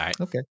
Okay